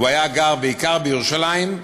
וגר בעיקר בירושלים,